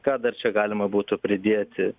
ką dar čia galima būtų pridėti